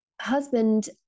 husband